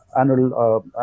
annual